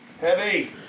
Heavy